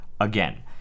again